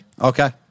Okay